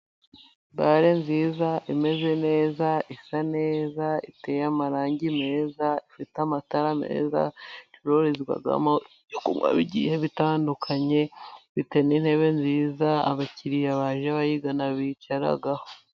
Bare nziza imeze neza isa neza iteye amarangi meza ifite amatara meza ibarizwamo ibyo kunywa bigiye bitandukanye, ifite n'intebe nziza abakiriya baje bayigana bicaraho.